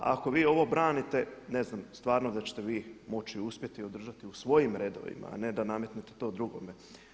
Ako vi ovo branite ne znam stvarno da ćete vi moći uspjeti održati u svojim redovima, a ne da nametnete to drugome.